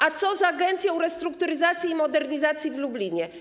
A co z agencją restrukturyzacji i modernizacji w Lublinie?